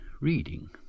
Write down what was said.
reading